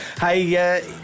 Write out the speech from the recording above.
Hey